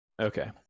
Okay